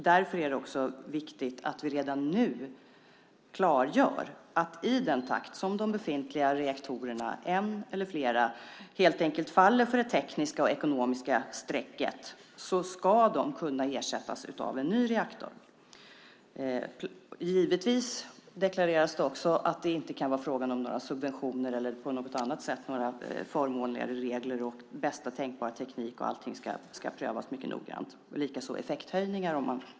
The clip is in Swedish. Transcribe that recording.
Därför är det också viktigt att vi redan nu klargör att i den takt som de befintliga reaktorerna, en eller flera, helt enkelt faller för det tekniska och ekonomiska strecket ska de kunna ersättas av en ny reaktor. Givetvis deklareras det också att det inte kan vara fråga om några subventioner eller på något annat sätt förmånligare regler samt att det ska vara bästa tänkbara teknik och en noggrann prövning av allt. Det gäller likaså effekthöjningar.